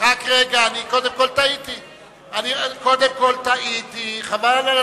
הארכת זיכיון לשידורי הערוץ